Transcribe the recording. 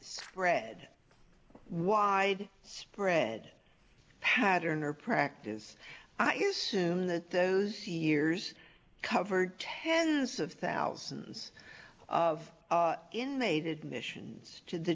thread wide spread pattern or practice i assume that those years covered tens of thousands of in they did missions to the